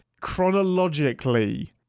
chronologically